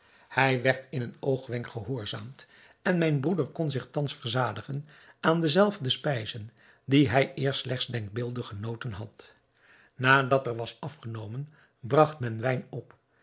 hij werd in een oogwenk gehoorzaamd en mijn broeder kon zich thans verzadigen aan dezelfde spijzen die hij eerst slechts denkbeeldig genoten had nadat er was afgenomen bragt men wijn op